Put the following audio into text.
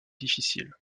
difficile